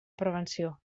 prevenció